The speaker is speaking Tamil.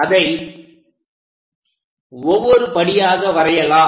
அதை ஒவ்வொரு படியாக வரையலாம்